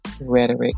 Rhetoric